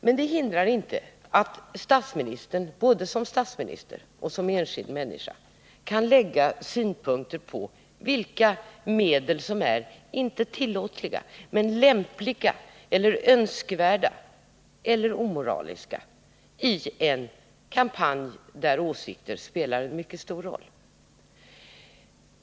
Men det hindrar inte att statsministern både som statsminister och som enskild människa kan anlägga synpunkter på vilka medel som är inte tillåtliga men lämpliga, önskvärda eller omoraliska i en kampanj där åsikter spelar en mycket stor roll.